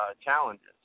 challenges